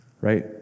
right